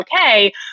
okay